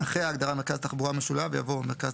אחרי ההגדרה "מרכז תחבורה משולב" יבוא: ""מרכז